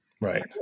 Right